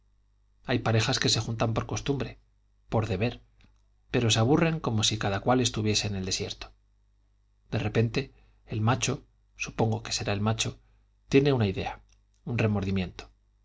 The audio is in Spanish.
hay parejas que se juntan por costumbre por deber pero se aburren como si cada cual estuviese en el desierto de repente el macho supongo que será el macho tiene una idea un remordimiento